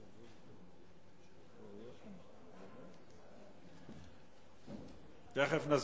תיכף נזמין